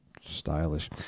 stylish